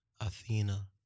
Athena